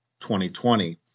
2020